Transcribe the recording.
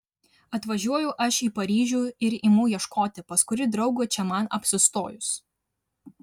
atvažiuoju aš į paryžių ir imu ieškoti pas kurį draugą čia man apsistojus